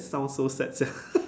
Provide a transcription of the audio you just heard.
sound so sad sia